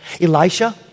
Elisha